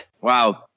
Wow